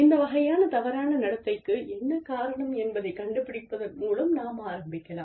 இந்த வகையான தவறான நடத்தைக்கு என்ன காரணம் என்பதைக் கண்டுபிடிப்பதன் மூலம் நாம் ஆரம்பிக்கலாம்